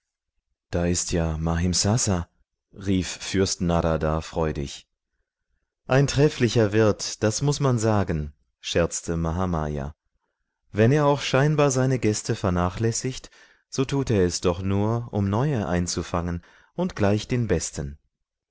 da ist ja mahimsasa rief fürst narada freudig ein trefflicher wirt das muß man sagen scherzte mahamaya wenn er auch scheinbar seine gäste vernachlässigt so tut er es doch nur um neue einzufangen und gleich den besten